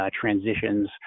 transitions